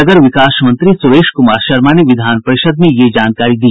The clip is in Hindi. शहर विकास मंत्री सुरेश कुमार शर्मा ने विधान परिषद में यह जानकारी दी